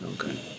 Okay